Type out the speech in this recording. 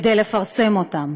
כדי לפרסם אותם.